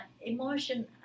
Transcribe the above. emotion